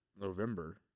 November